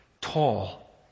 tall